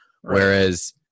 Whereas